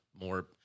more